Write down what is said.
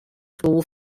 school